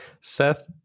Seth